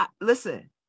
Listen